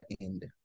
end